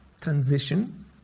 transition